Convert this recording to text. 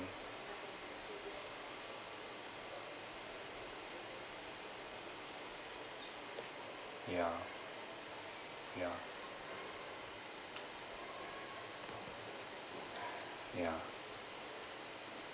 yeah yeah yeah